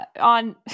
on